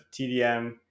TDM